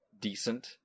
decent